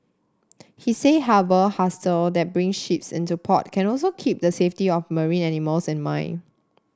he said harbour hostel that bring ships into port can also keep the safety of marine animals in mind